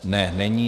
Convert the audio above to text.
Ne, není.